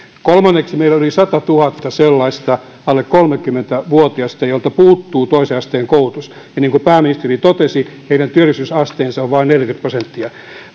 kolmanneksi meillä on yli satatuhatta sellaista alle kolmekymmentä vuotiasta joilta puuttuu toisen asteen koulutus ja niin kuin pääministeri totesi heidän työllisyysasteensa on vain neljäkymmentä prosenttia